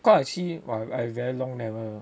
cause I see like !wah! very long never